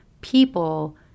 people